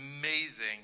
amazing